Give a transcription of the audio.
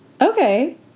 Okay